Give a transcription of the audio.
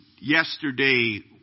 yesterday